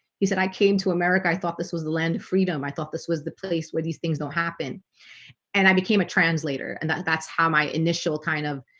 he said i came to america. i thought this was the land of freedom i thought this was the place where these things don't happen and i became a translator and that's how my initial kind of